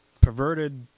perverted